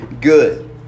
good